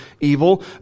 evil